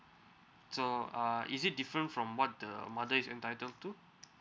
so uh is it different from what the mother is entitled to